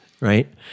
right